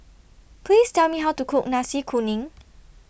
Please Tell Me How to Cook Nasi Kuning